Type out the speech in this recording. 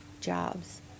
jobs